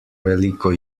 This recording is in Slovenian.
veliko